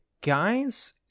guys